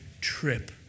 trip